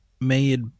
made